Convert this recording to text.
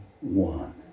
One